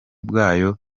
bwayo